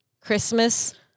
Christmas